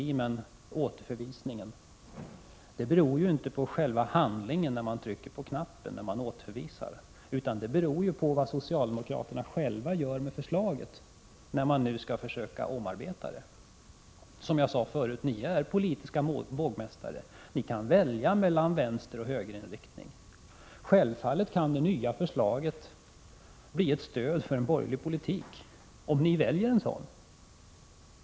När det gäller återförvisningen är det inte fråga om själva handlingen att trycka på voteringsknappen, utan frågan är vad socialdemokraterna själva gör med förslaget när de skall försöka omarbeta det. Som jag sade förut är ni politiska vågmästare. Ni kan välja mellan vänstereller högerinriktning. Självfallet kan det nya förslaget bli ett stöd för en borgerlig politik, om ni väljer det.